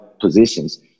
positions